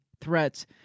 threats